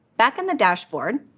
back in the dashboard,